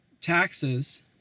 taxes